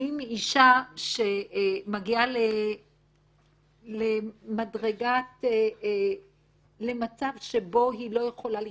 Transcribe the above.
האם אישה שמגיעה למצב שבו היא לא יכולה לחיות,